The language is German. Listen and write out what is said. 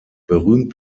berühmt